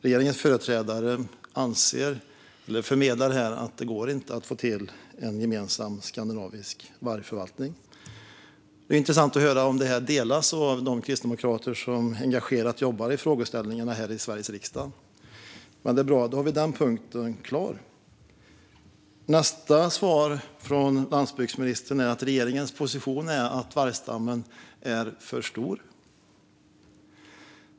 Regeringens företrädare förmedlar här att det inte går att få till en gemensam skandinavisk vargförvaltning. Det vore intressant att höra om detta delas av de kristdemokrater som engagerat jobbar med frågeställningen här i Sveriges riksdag. Men det är bra, då har vi den punkten klar. Nästa svar från landsbygdsministern är att regeringens position är att vargstammen är för stor.